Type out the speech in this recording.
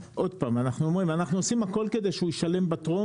אנחנו אומרים שאנחנו עושים הכול כדי שהוא ישלם הכול בטרום